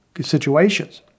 situations